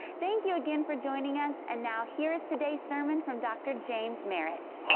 thank you again for joining us and now here's today's sermon from dr. james merritt.